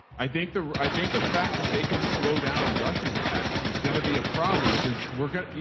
i think the, i think the fact that they can slow down a rushing attack is going to be a problem. cause we're gonna,